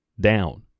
down